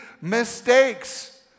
mistakes